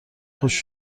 خشک